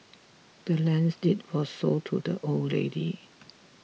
the land's deed was sold to the old lady